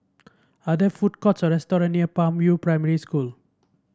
are there food courts or restaurant near Palm View Primary School